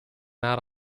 not